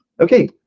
Okay